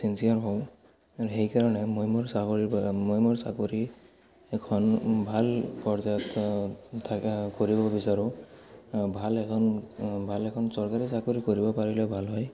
ছিনচিয়াৰ হওঁ আৰু সেইকাৰণে মই মোৰ চাকৰিৰ পৰা মই মোৰ চাকৰি এখন ভাল পৰ্যায়ত থ থাকে কৰিব বিচাৰোঁ ভাল এখন ভাল এখন চৰকাৰী চাকৰি কৰিব পাৰিলে ভাল হয়